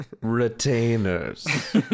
retainers